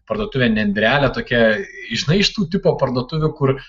parduotuvė nendrelė tokia žinai iš tų tipo parduotuvių